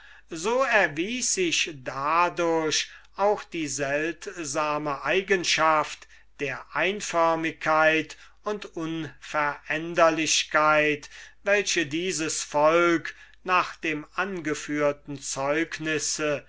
so erwies sich dadurch auch die seltsame eigenschaft der einförmigkeit und unveränderlichkeit welche dieses volk nach dem angeführten zeugnis